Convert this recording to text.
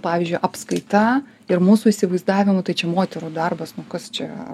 pavyzdžiui apskaita ir mūsų įsivaizdavimu tai čia moterų darbas nu kas čia